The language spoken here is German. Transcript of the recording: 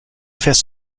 fährst